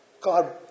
God